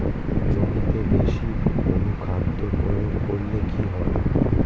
জমিতে বেশি অনুখাদ্য প্রয়োগ করলে কি হয়?